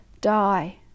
die